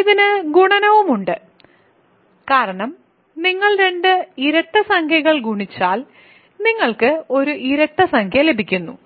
ഇതിന് ഗുണനവുമുണ്ട് കാരണം നിങ്ങൾ രണ്ട് ഇരട്ടസംഖ്യകൾ ഗുണിച്ചാൽ നിങ്ങൾക്ക് ഒരു ഇരട്ട സംഖ്യ ലഭിക്കുന്നു